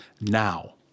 now